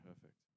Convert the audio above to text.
perfect